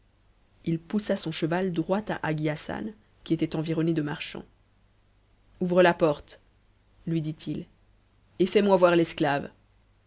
il poussa son cheval droit à hagi hassan qui était environné de marchands ouvre a porte lui dit-il et fais-moi voir l'esclave